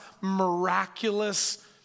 miraculous